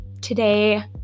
today